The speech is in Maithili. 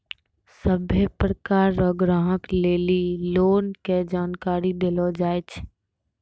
सभ्भे प्रकार रो ग्राहक लेली लोन के जानकारी देलो जाय छै